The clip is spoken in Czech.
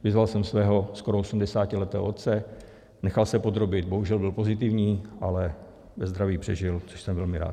Vyzval jsem svého skoro osmdesátiletého otce, nechal se podrobit, bohužel byl pozitivní, ale ve zdraví přežil, což jsem velmi rád.